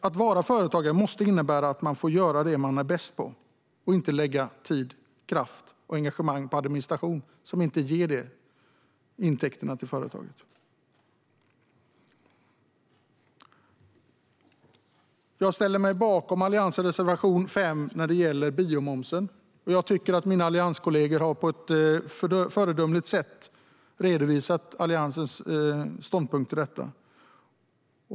Att vara företagare måste innebära att man får göra det man är bäst på och inte lägga tid, kraft och engagemang på administration, som inte ger intäkter till företaget. Jag ställer mig bakom Alliansens reservation 5 när det gäller biomomsen, och jag tycker att mina allianskolleger på ett föredömligt sätt har redovisat Alliansens ståndpunkt i detta.